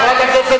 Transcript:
חברת הכנסת